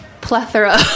plethora